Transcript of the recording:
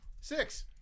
Six